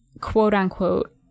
quote-unquote